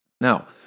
Now